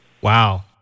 Wow